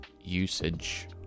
usage